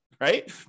right